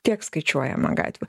tiek skaičiuojama gatvių